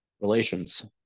relations